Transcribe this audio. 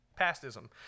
Pastism